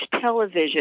television